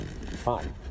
fine